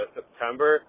September